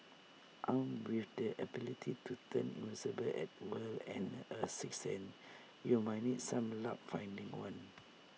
armed with the ability to turn invisible at will and A sixth and you might need some luck finding one